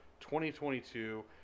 2022